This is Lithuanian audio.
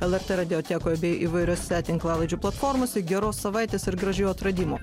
lrt radiotekoj bei įvairiose tinklalaidžių platformose geros savaitės ir gražių atradimų